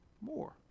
more